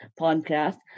podcast